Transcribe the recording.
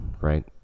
right